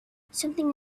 something